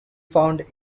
found